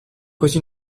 così